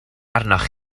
arnoch